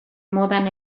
modan